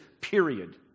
period